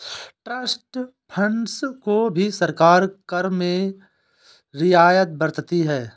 trust funds को भी सरकार कर में रियायत बरतती है